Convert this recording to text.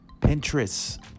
Pinterest